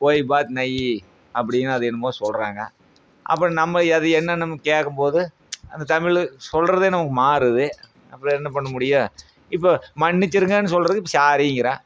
கோயி பாத் நகி அப்படினு அது என்னமோ சொல்றாங்க அப்புறோம் நம்ம அது என்னனு நம்ம கேட்கும்போது அந்த தமிழ் சொல்றதே நமக்கு மாறுது அப்புறோம் என்ன பண்ண முடியும் இப்போ மன்னிச்சிருங்கனு சொல்றது சாரிங்கிறான்